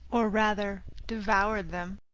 or rather devoured them.